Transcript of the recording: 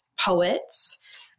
poets